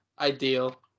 ideal